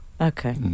Okay